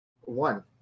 One